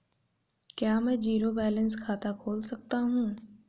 क्या मैं zero balance खाता खोल सकता हूँ?